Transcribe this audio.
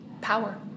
Power